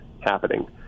happening